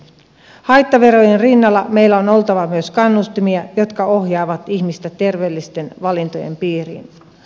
haittaverojen rinnalla meillä on oltava myös kannustimia jotka ohjaavat ihmistä terveellisten valintojen piiriin